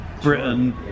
Britain